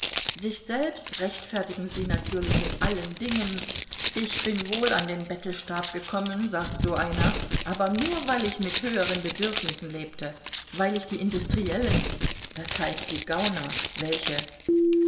sich selbst rechtfertigen sie natürlich in allen dingen ich bin wohl an den bettelstab gekommen sagt so einer aber nur weil ich mit höheren bedürfnissen lebte weil ich die industriellen d h die gauner welche